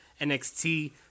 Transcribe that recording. NXT